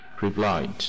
replied